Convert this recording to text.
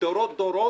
דורות דורות,